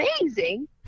amazing